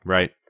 Right